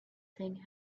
thing